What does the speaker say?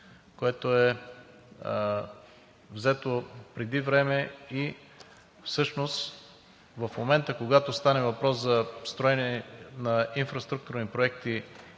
което е взето преди време. Всъщност в момента, когато стане въпрос за строене на инфраструктурни проекти